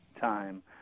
time